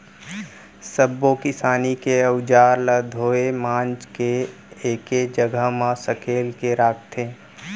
सब्बो किसानी के अउजार ल धोए मांज के एके जघा म सकेल के राखथे